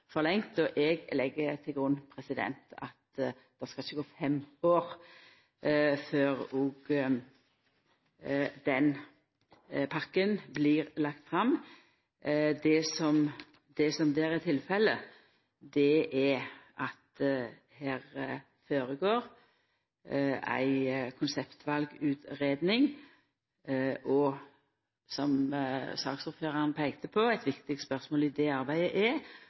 føreslått forlengd. Eg legg til grunn at det ikkje skal gå fem år før den pakka blir lagd fram. Det som der er tilfellet, er at det føregår ei konseptvalutgreiing, og – som saksordføraren peikte på – eit viktig spørsmål i det arbeidet er